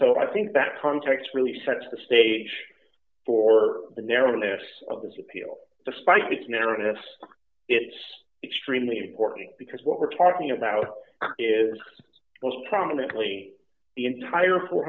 so i think that context really sets the stage for the narrowness of this appeal despite its narrowness it's extremely important because what we're talking about is most prominently the entire four